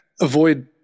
avoid